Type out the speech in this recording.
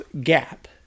gap